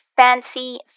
fancy